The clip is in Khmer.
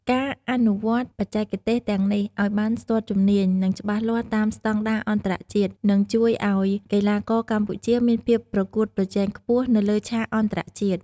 ការអនុវត្តបច្ចេកទេសទាំងនេះឲ្យបានស្ទាត់ជំនាញ និងច្បាស់លាស់តាមស្តង់ដារអន្តរជាតិ នឹងជួយឲ្យកីឡាករកម្ពុជាមានភាពប្រកួតប្រជែងខ្ពស់នៅលើឆាកអន្តរជាតិ។